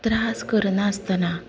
त्रास करनासतना